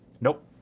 Nope